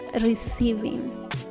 receiving